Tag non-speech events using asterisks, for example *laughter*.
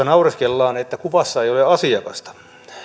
*unintelligible* naureskellaan että kuvassa ei ole asiakasta